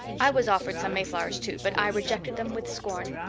i was offered some mayflowers too, but i rejected them with scorn.